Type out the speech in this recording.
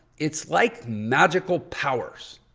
it's like magical powers.